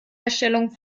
herstellung